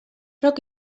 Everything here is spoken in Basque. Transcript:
rock